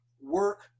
work